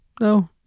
no